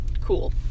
Cool